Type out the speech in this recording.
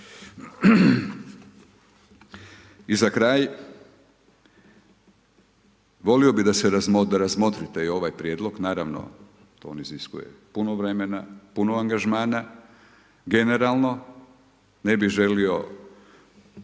I za kraj, volio bih da razmotrite i ovaj prijedlog, naravno to, on iziskuje puno vremena, puno angažmana, generalno. Ne bih želio